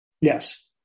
Yes